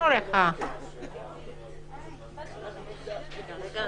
כפי שאמרתי, פיקוד